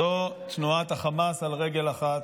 הוא תנועת החמאס על רגל אחת: